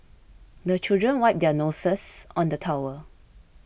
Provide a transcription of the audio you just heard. the children wipe their noses on the towel